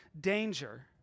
danger